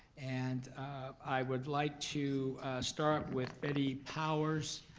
and i would like to start with betty powers.